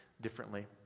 differently